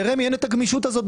לרמ"י אין הגמישות הזו.